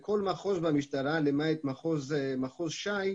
לכל מחוז במשטרה, למעט מחוז ש"י,